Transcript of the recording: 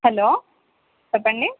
hello చెప్పండి